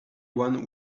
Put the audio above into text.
one